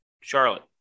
Charlotte